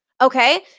Okay